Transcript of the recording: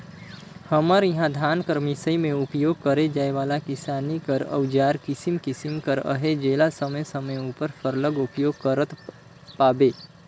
हमर इहा धान कर मिसई मे उपियोग करे जाए वाला किसानी कर अउजार किसिम किसिम कर अहे जेला समे समे उपर सरलग उपियोग करत पाबे